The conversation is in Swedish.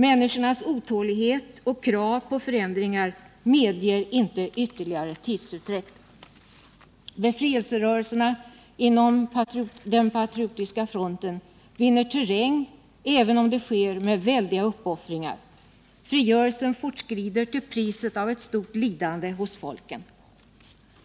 Människornas otålighet och krav på förändringar medger inte ytterligare tidsutdräkt. Befrielserörelserna inom Patriotiska fronten vinner terräng även om det sker med väldiga uppoffringar. Frigörelsen fortskrider till priset av ett stort lidande hos folket.